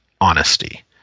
honesty